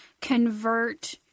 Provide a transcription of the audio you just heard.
convert